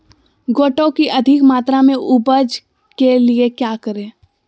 गोटो की अधिक मात्रा में उपज के लिए क्या करें?